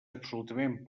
absolutament